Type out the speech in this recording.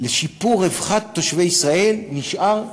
לשיפור רווחת תושבי ישראל נשאר,